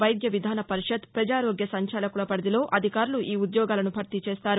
వైద్య విధానపరిషత్తు ప్రజారోగ్య సంచాలకుల పరిధిలో అధికారులు ఈ ఉద్యోగాలను భర్తీ చేస్తారు